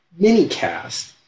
minicast